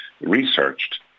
researched